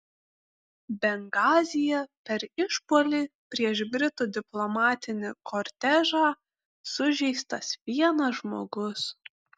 bengazyje per išpuolį prieš britų diplomatinį kortežą sužeistas vienas žmogus